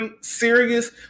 serious